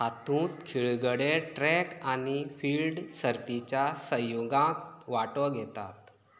हातूंत खेळगडे ट्रॅक आनी फिल्ड सर्तिच्या संयोगांत वांटो घेता